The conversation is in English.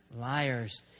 liars